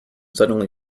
suddenly